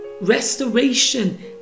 restoration